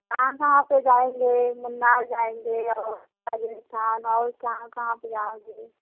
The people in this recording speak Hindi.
यहाँ से जाएँगे मुन्नार जाएँगे या और कहाँ कहाँ पर जाएँगे